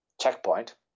checkpoint